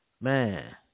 man